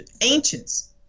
ancients